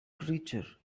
creature